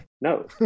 No